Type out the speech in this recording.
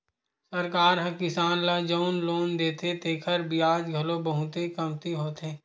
सरकार ह किसान ल जउन लोन देथे तेखर बियाज घलो बहुते कमती होथे